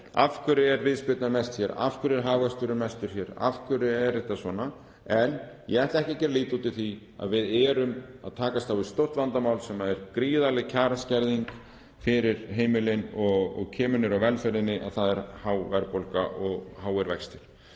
Af hverju er viðspyrnan mest hér? Af hverju er hagvöxturinn mestu? Af hverju er þetta svona? En ég ætla ekki að gera lítið úr því að við erum að takast á við stórt vandamál sem er gríðarleg kjaraskerðing fyrir heimilin og kemur niður á velferðinni, þ.e. há verðbólga og háir vextir.